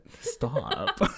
Stop